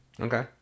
Okay